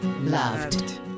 loved